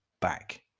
back